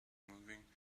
moving